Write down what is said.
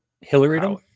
Hillary